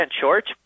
short